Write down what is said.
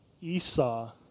Esau